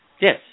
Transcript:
Yes